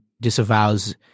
disavows